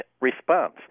response